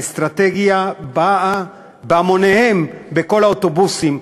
האסטרטגיה באה בהמוניה, בכל האוטובוסים.